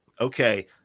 okay